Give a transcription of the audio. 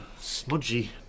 Smudgy